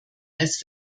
als